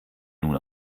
nun